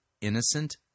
innocent